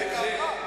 איזו גאווה.